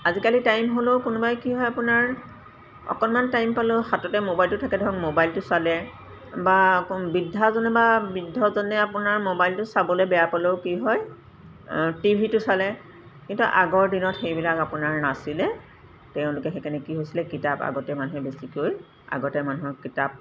আজিকালি টাইম হ'লেও কোনোবাই কি হয় আপোনাৰ অকণমান টাইম পালেও হাততে মোবাইলটো থাকে ধৰক মোবাইলটো চালে বা অকণ বৃদ্ধাজনে বা বৃদ্ধজনে আপোনাৰ মোবাইলটো চাবলৈ বেয়া পালেও কি হয় টি ভিটো চালে কিন্তু আগৰ দিনত সেইবিলাক আপোনাৰ নাছিলে তেওঁলোকে সেইকাৰণে কি হৈছিলে কিতাপ আগতে মানুহে বেছিকৈ আগতে মানুহৰ কিতাপ